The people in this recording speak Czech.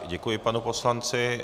Děkuji panu poslanci.